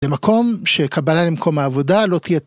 במקום שקבלה למקום העבודה לא תהיה.